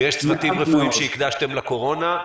ויש צוותים רפואיים שהקדשתם לקורונה.